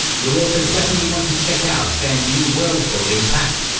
you'll also definitely want to check out their new worldbuilding pack.